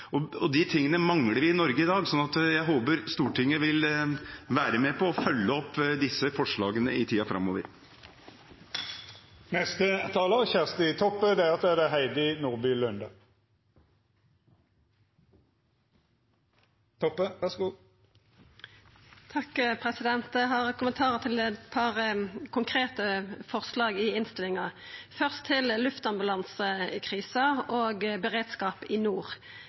vi i Norge i dag, så jeg håper Stortinget vil være med på å følge opp disse forslagene i tiden framover. Eg har kommentarar til eit par konkrete forslag i innstillinga. Først til luftambulansekrisa og beredskapen i nord: